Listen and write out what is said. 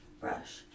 brush